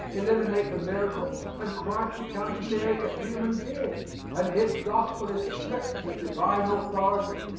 eliminate the miracles and christ becomes merely a human being and his gospel is stript of divine authority.